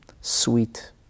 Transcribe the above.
sweet